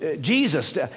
Jesus